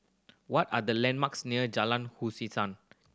what are the landmarks near Jalan